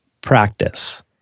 practice